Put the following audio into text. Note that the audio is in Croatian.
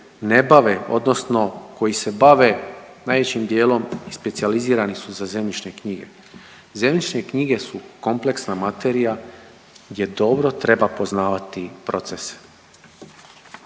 ne bave, odnosno koji se bave najvećim dijelom i specijalizirani su za zemljišne knjige. Zemljišne knjige su kompleksna materija gdje dobro treba poznavati procese.